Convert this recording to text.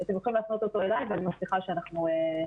אתם יכולים להפנות אותו אליי ואני מבטיחה שאנחנו נטפל.